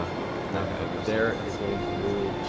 ah like there is going to move